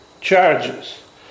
charges